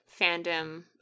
fandom